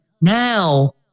now